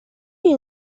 این